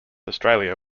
australia